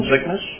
sickness